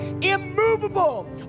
immovable